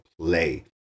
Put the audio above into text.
play